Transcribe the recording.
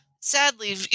Sadly